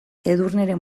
edurneren